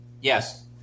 Yes